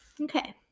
Okay